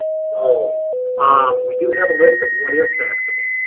so um we do have a list of what is taxable.